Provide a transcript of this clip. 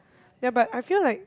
ya but I feel like